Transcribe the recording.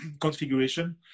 configuration